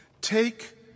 Take